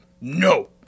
no